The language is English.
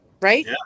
Right